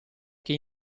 che